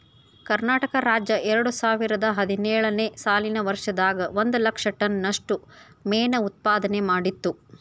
ಕರ್ನಾಟಕ ರಾಜ್ಯ ಎರಡುಸಾವಿರದ ಹದಿನೇಳು ನೇ ಸಾಲಿನ ವರ್ಷದಾಗ ಒಂದ್ ಲಕ್ಷ ಟನ್ ನಷ್ಟ ಮೇನು ಉತ್ಪಾದನೆ ಮಾಡಿತ್ತು